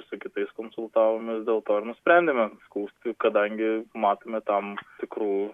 su kitais konsultavomės dėl to ir nusprendėme skųsti kadangi matome tam tikrų